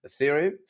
Ethereum